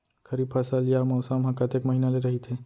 खरीफ फसल या मौसम हा कतेक महिना ले रहिथे?